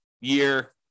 year